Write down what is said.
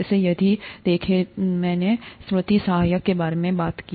इसे याद रखने के लिए मैंने स्मृति सहायक के बारे में बात की